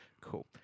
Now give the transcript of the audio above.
Cool